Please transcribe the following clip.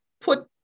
put